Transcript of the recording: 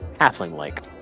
halfling-like